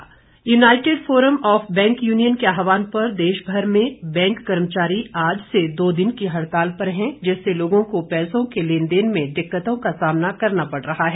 हुड़ताल United Forum of Bank Union के आहवान पर देशभर के बैंक कर्मचारी आज से दो दिन की हड़ताल पर हैं जिससे लोगों को पैसों के लेन देन में दिक्कतों का सामना करना पड़ रहा है